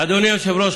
אדוני היושב-ראש,